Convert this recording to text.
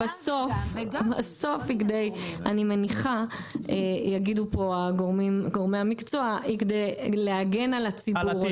בסוף היא אני מניחה שיגידו פה גורמי המקצוע היא כדי להגן על הציבור,